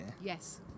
Yes